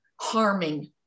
harming